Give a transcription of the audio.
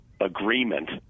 agreement